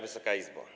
Wysoka Izbo!